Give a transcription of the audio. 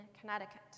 Connecticut